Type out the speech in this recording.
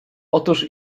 otóż